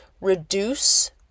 reduce